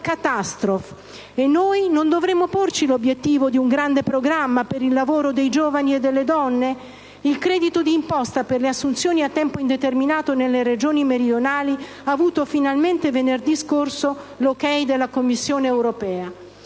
e noi non dovremmo porci l'obiettivo di un grande programma per il lavoro dei giovani e delle donne? Il credito d'imposta per le assunzioni a tempo indeterminato nelle regioni meridionali ha avuto finalmente venerdì scorso il via libera della Commissione europea.